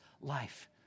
life